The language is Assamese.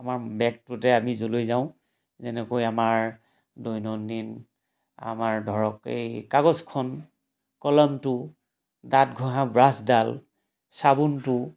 আমাৰ বেগটোতে আমি য'লৈ যাওঁ যেনেকৈ আমাৰ দৈনন্দিন আমাৰ ধৰক এই কাগজখন কলমটো দাঁত ঘঁহা ব্ৰাছডাল চাবোনটো